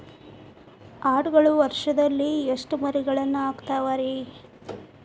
ಆಡುಗಳು ವರುಷದಲ್ಲಿ ಎಷ್ಟು ಮರಿಗಳನ್ನು ಹಾಕ್ತಾವ ರೇ?